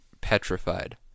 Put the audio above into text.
petrified